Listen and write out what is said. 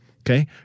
Okay